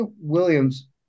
Williams